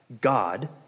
God